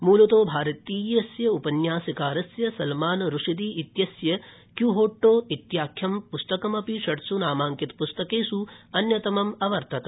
मूलतो भारतीयस्य उपन्यासकारस्य सलमान रुश्दी व्यितस्य क्यूहोट्टो व्याख्यं पुस्तकमपि षड्ष् नामाङ्कित पुस्तकेष् अन्यतमम् अवर्तत्